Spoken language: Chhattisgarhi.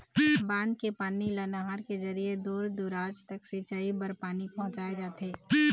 बांध के पानी ल नहर के जरिए दूर दूराज तक सिंचई बर पानी पहुंचाए जाथे